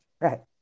right